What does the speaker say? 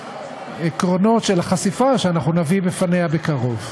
העקרונות של החשיפה שאנחנו נביא בפניה בקרוב.